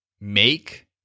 Make